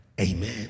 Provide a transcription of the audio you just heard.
Amen